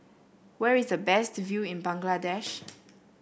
where is the best view in Bangladesh